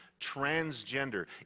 transgender